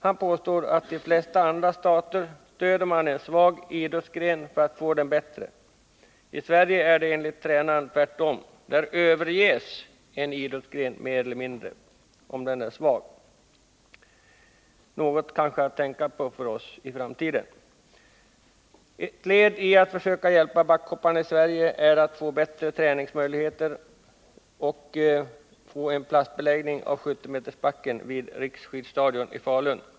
Han påstod att mani de flesta andra stater stöder en svag idrottsgren för att få den bättre. I Sverige är det enligt tränaren tvärtom. Där överges en svag idrottsgren mer eller mindre — kanske något att tänka på för oss i framtiden. Ett led i att försöka hjälpa backhopparna i Sverige att få bättre träningsmöjligheter är att plastbelägga 70-metersbacken vid Riksskidstadion i Falun.